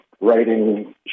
writing